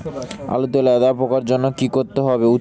আলুতে লেদা পোকার জন্য কি করতে হবে?